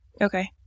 Okay